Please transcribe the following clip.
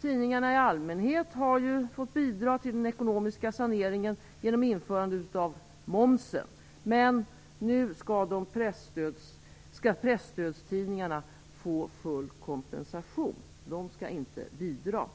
Tidningar i allmänhet har ju fått bidra till den ekonomiska saneringen genom införandet av momsen. Men nu skall presstödstidningarna få full kompensation. De skall inte bidra.